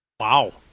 Wow